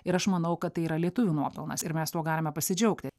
ir aš manau kad tai yra lietuvių nuopelnas ir mes tuo galime pasidžiaugti